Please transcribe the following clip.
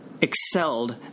excelled